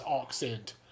accent